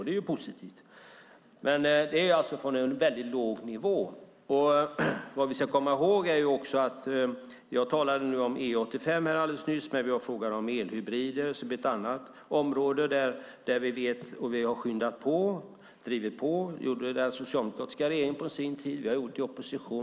Det är positivt, men det är alltså från en väldigt låg nivå. Jag talade nyss om E85, men vi har också frågan om elhybrider som är ett annat område där vi har drivit på. Det gjorde den socialdemokratiska regeringen på sin tid, och vi har gjort det i opposition.